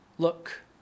Look